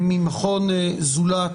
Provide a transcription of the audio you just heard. ממכון "זולת"